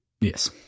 Yes